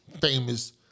famous